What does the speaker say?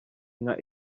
inka